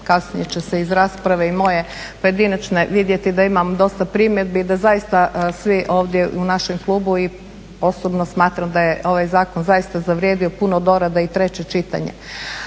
kasnije će se iz rasprave i moje pojedinačne vidjeti da imam dosta primjedbi da zaista svi ovdje u našem klubu i osobno smatram daje ovaj zakon zaista zavrijedio puno dorada i treće čitanje.